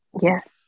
Yes